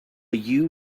you